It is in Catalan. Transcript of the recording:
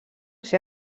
ser